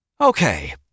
Okay